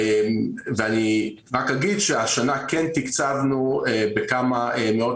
אני רק אגיד שהשנה כן תקצבנו בכמה מאות